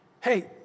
Hey